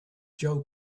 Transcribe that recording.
joe